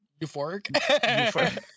Euphoric